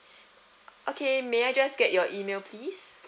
okay may I just get your email please